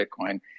Bitcoin